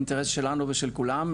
אינטרס שלנו ושל כולם,